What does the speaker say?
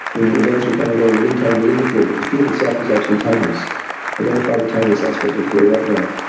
events will come and go within time, within the field. but the field itself is absolutely timeless identify the timeless aspect of the field right now.